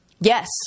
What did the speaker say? Yes